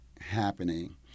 happening